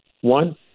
One